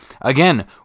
again